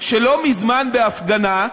שלא מזמן, בהפגנה,